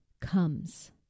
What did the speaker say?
comes